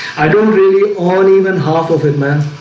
i don't really own even half of it man